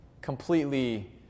completely